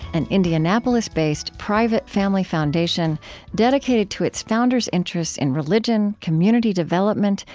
an indianapolis-based, private family foundation dedicated to its founders' interests in religion, community development,